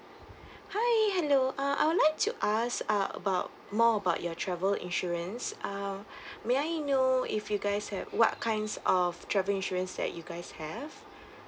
hi hello uh I would like to ask ah about more about your travel insurance uh may I know if you guys have what kinds of travel insurance that you guys have